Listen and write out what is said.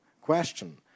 question